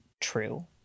true